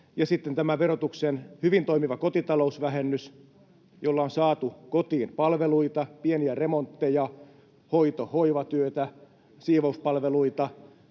sitten on tämä verotuksen hyvin toimiva kotitalousvähennys, jolla on saatu kotiin palveluita, pieniä remontteja, hoito- ja hoivatyötä, siivouspalveluita